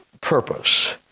purpose